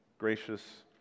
Gracious